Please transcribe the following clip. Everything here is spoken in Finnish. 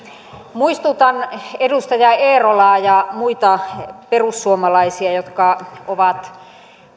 muistutan edustaja eerolaa ja muita perussuomalaisia jotka ovat